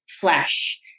flesh